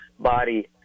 Body